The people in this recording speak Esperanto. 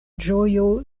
ĝojo